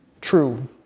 true